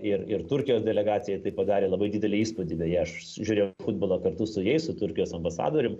ir ir turkijos delegacijai tai padarė labai didelį įspūdį beje aš žiūrėjau futbolą kartu su jais su turkijos ambasadorium